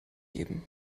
geben